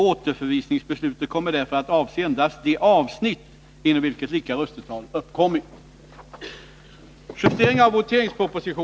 Återförvisningsbeslutet kommer därför att avse endast det avsnitt inom vilket lika röstetal uppkommit.